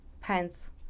pants